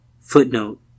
Footnote